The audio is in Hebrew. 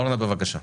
אורנה, בבקשה.